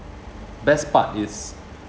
best part is